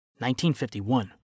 1951